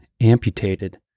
amputated